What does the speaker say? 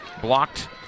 Blocked